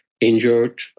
injured